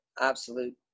absolute